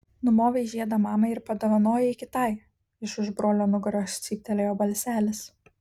numovei žiedą mamai ir padovanojai kitai iš už brolio nugaros cyptelėjo balselis